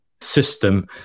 system